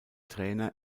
trainer